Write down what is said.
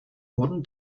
wurden